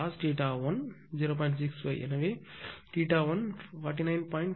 65 எனவே θ1 49